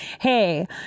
hey